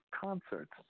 concerts